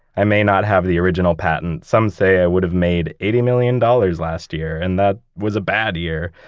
i may not have the original patent. some say i would have made eighty million dollars last year, and that was a bad year.